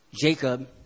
Jacob